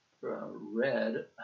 red